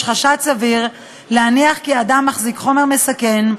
חשד סביר להניח כי אדם מחזיק חומר מסכן,